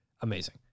Amazing